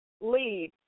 lead